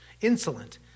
insolent